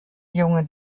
junge